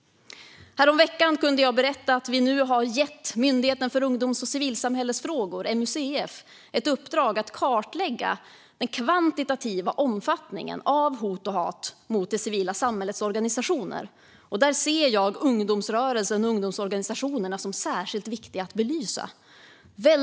Häromveckan kunde jag berätta att vi har gett Myndigheten för ungdoms och civilsamhällesfrågor, MUCF, ett uppdrag att kartlägga den kvantitativa omfattningen av hot och hat mot det civila samhällets organisationer. Där ser jag ungdomsrörelsen och ungdomsorganisationerna som särskilt viktiga att belysa.